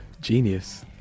genius